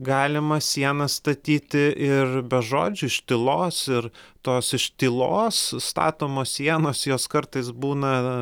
galima sienas statyti ir be žodžių iš tylos ir tos iš tylos statomos sienos jos kartais būna